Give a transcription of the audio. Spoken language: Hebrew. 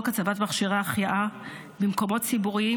הצבת מכשירי החייאה במקומות ציבוריים,